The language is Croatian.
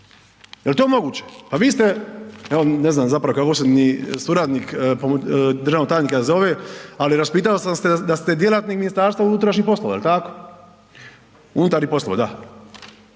Jel to moguće? Pa vi ste, evo ne znam zapravo kako se ni suradnik državnog tajnika zove, ali raspitao sam se da ste djelatnik MUP-a, jel tako? Unutarnjih poslova, da,